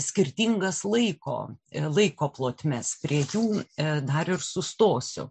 skirtingas laiko laiko plotmes prie jų dar ir sustosiu